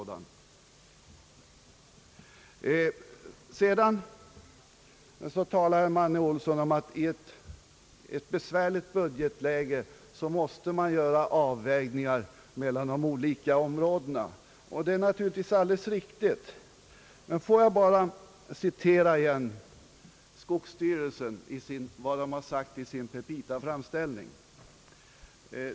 Därefter säger herr Manne Olsson att man i ett besvärligt budgetläge måste göra avvägningar mellan olika anslagsbehov. Det är naturligtvis alldeles riktigt. Men låt mig bara återigen citera vad skogsstyrelsen har sagt i sin petitaframställning.